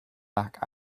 back